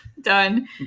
done